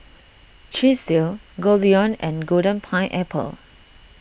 Chesdale Goldlion and Golden Pineapple